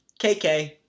KK